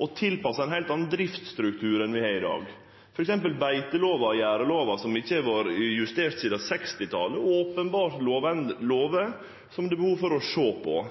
og tilpassa ein heilt annan driftsstruktur enn vi har i dag. For eksempel er beitelova og gjerdelova, som ikkje har vore justerte sidan 1960-talet, openbert lover som det er behov for å sjå på.